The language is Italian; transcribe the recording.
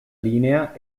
linea